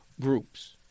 groups